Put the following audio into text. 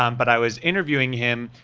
um but i was interviewing him,